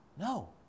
No